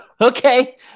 Okay